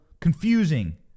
confusing